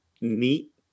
neat